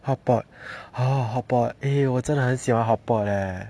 hot pot oh hot pot eh 我真的很喜欢 hot pot eh